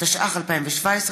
התשע"ח 2017,